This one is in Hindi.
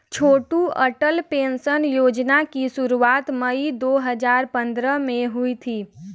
छोटू अटल पेंशन योजना की शुरुआत मई दो हज़ार पंद्रह में हुई थी